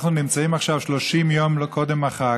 אנחנו נמצאים עכשיו 30 יום קודם החג,